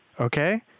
Okay